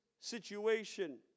situation